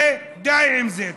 ודי עם זה.